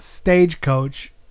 Stagecoach